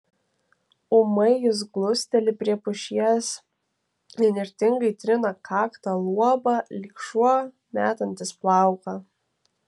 ūmai jis glusteli prie pušies įnirtingai trina kakta luobą lyg šuo metantis plauką